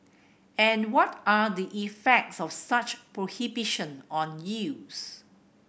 and what are the effects of such prohibition on youths